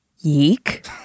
yeek